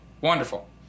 Wonderful